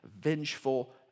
vengeful